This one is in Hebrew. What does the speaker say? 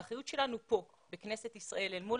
האחריות שלנו כאן בכנסת ישראל אל מול